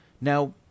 Now